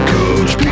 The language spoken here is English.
Coach